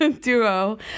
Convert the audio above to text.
duo